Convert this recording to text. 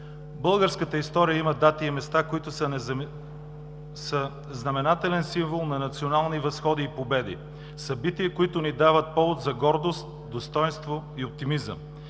Българската история има дати и места, които са знаменателен символ на национални възходи и победи, събития, които ни дават повод за гордост, достойнство и оптимизъм.